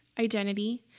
identity